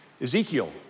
Ezekiel